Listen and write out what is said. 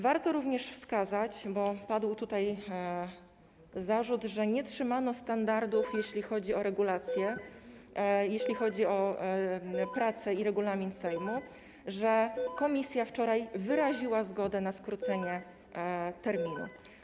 Warto również wskazać, bo padł tutaj zarzut, że nie trzymano standardów, jeśli chodzi o regulacje, jeśli chodzi o prace i regulamin Sejmu, że komisja wczoraj wyraziła zgodę na skrócenie terminu.